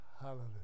Hallelujah